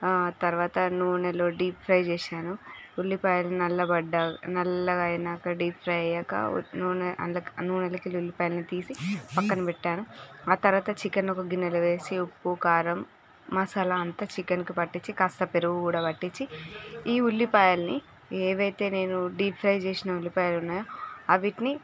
ఆ తరువాత నూనెలో డీప్ ఫ్రై చేసాను ఉల్లిపాయలు నల్లబడ్డాక నల్లగా అయ్యాక డీప్ ఫ్రై అయ్యాక నూనె అందక నూనెలోకి వెళ్ళి ఎల్లిపాయలు తీసి పక్కనబెట్టాను ఆ తరువాత చికెన్ ఒక గిన్నెలో వేసి ఉప్పు కారం మసాలా అంత చికెన్కి పట్టించి కాస్త పెరుగు కూడా పట్టించి ఈ ఉల్లిపాయలని ఏవైతే నేను డీప్ ఫ్రై చేసిన ఉల్లిపాయలు ఉన్నాయో వాటిని